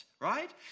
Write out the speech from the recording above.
Right